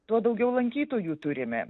tuo daugiau lankytojų turime